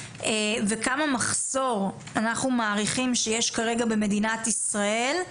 ומה המחסור אנחנו מעריכים שיש כרגע במדינת ישראל,